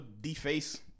deface